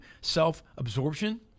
self-absorption